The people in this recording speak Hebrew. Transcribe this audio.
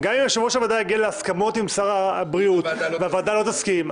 גם אם יושב-ראש הוועדה יגיע להסכמות עם שר הבריאות והוועדה לא תסכים,